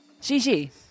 Gigi